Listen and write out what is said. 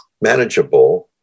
manageable